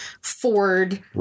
Ford